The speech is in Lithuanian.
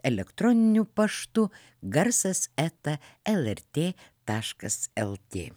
elektroniniu paštu garsas eta lrt taškas lt